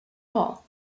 all